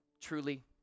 truly